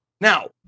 Now